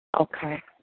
Okay